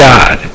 God